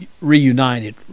reunited